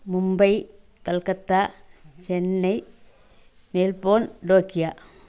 Mumbai Calcutta Chennai Melbourne Tokyo